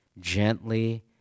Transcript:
gently